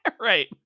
right